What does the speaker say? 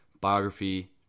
biography